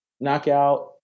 knockout